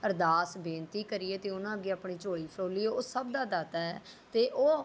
ਅਰਦਾਸ ਬੇਨਤੀ ਕਰੀਏ ਅਤੇ ਉਹਨਾਂ ਅੱਗੇ ਆਪਣੀ ਝੋਲੀ ਫਰੋਲੀਏ ਉਹ ਸਭ ਦਾ ਦਾਤਾ ਹੈ ਅਤੇ ਉਹ